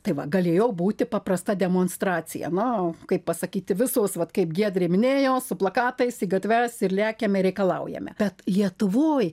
tai va galėjo būti paprasta demonstracija na kaip pasakyti visos vat kaip giedrė minėjo su plakatais į gatves ir lekiameir reikalaujame bet lietuvoj